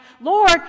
Lord